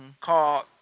called